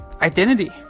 identity